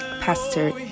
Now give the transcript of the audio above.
Pastor